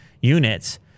units